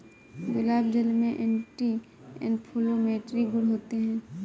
गुलाब जल में anti inflammatory गुण होते हैं